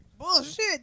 Bullshit